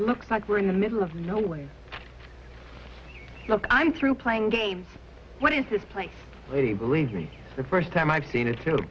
looks like we're in the middle of nowhere i'm through playing games what is this place already believe me the first time i've seen it